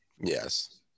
Yes